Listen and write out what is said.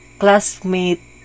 classmate